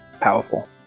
powerful